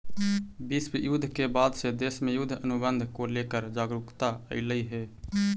विश्व युद्ध के बाद से देश में युद्ध अनुबंध को लेकर जागरूकता अइलइ हे